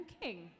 King